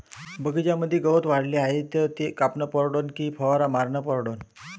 बगीच्यामंदी गवत वाढले हाये तर ते कापनं परवडन की फवारा मारनं परवडन?